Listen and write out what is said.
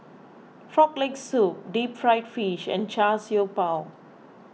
Frog Leg Soup Deep Fried Fish and Char Siew Bao